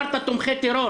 אני חושב שיהיה ממש נחמד,